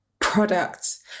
products